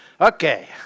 Okay